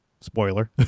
spoiler